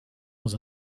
dans